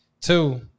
Two